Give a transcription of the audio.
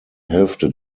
hälfte